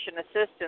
Assistance